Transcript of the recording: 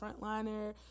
frontliner